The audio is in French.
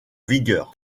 vigueur